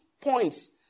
points